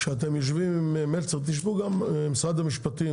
כשאתם יושבים עם מלצר תשבו גם עם משרד המשפטים,